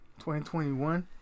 2021